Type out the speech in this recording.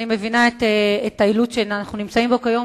אני מבינה את האילוץ שאנו נמצאים בו כיום.